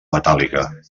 metàl·lica